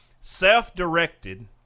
Self-directed